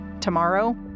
tomorrow